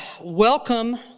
welcome